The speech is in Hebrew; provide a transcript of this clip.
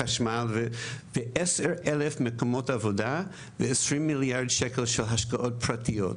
בשביל החשמל; 10,000 מקומות עבודה ו-20 מיליארד ₪ של השקעות פרטיות.